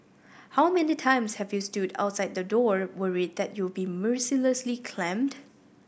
how many times have you stood outside the door worried that you'll be mercilessly clamped